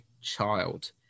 child